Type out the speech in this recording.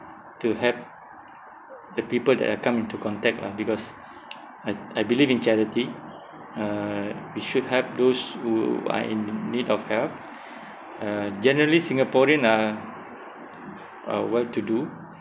to help the people that I come into contact lah because I I believe in charity uh we should help those who are in need of help uh generally singaporean are are well to do